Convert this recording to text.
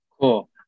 Cool